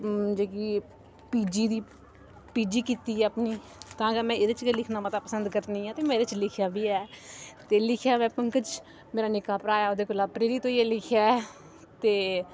जेह्की P G दी P G कीती ऐ अपनी तां गै मैं एह्दे च गै लिखना मता पसन्द करनी आं ते मैं एह्दे च लिखेआ बी ऐ ते लिखेआ मैं पंकज मेरा निक्का भ्राऽ ऐ ओह्दे कोला प्रेरित होइयै लिखेआ ऐ ते